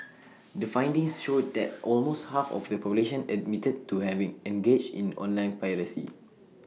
the findings showed that almost half of the population admitted to having engaged in online piracy